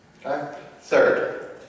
Third